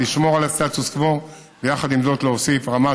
לשמור על הסטטוס קוו ויחד עם זאת להוסיף רמת